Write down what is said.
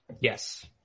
Yes